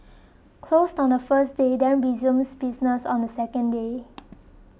closed on the first day then resumes business on the second day